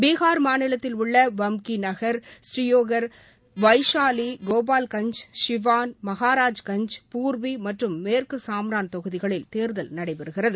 பீகார் மாநிலத்தில் உள்ள வம்கி நகர் புரீயோகர் வைஷாவி கோபால்கஞ்ச் சிவான் மஹாராஜ்கஞ்ச் பூர்வி மற்றும் மேற்கு சாம்ரான் தொகுதிகளில் தேர்தல் நடைபெறுகிறது